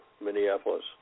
Minneapolis